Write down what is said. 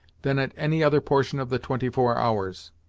than at any other portion of the twenty four hours.